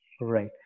right